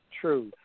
true